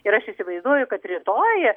ir aš įsivaizduoju kad rytoj